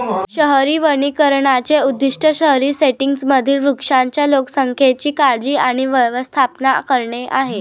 शहरी वनीकरणाचे उद्दीष्ट शहरी सेटिंग्जमधील वृक्षांच्या लोकसंख्येची काळजी आणि व्यवस्थापन करणे आहे